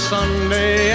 Sunday